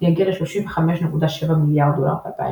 יגיע ל־35.7 מיליארד דולר ב־2008.